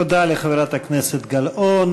תודה רבה לחברת הכנסת גלאון.